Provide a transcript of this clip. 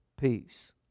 peace